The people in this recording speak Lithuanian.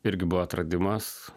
irgi buvo atradimas